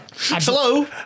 Hello